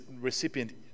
recipient